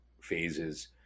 phases